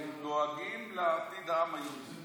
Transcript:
הם דואגים לעתיד העם היהודי.